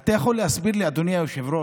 אתה יכול להסביר לי, אדוני היושב-ראש,